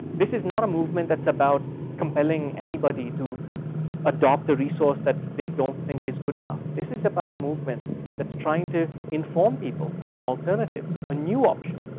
this is not a movement that's about compelling anybody to adapt a resource that they don't think is good enough. this is about a movement that's trying to inform people of an alternative, a new option,